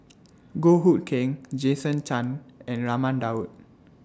Goh Hood Keng Jason Chan and Raman Daud